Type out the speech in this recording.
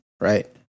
right